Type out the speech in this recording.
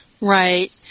Right